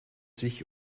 sich